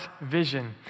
vision